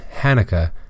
Hanukkah